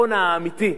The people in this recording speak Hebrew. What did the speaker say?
הפתרון האמיתי,